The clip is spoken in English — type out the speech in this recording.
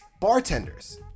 bartenders